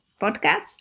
podcast